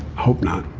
hope not.